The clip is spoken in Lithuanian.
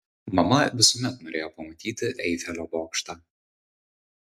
mama visuomet norėjo pamatyti eifelio bokštą